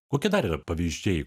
kokie dar yra pavyzdžiai